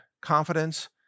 confidence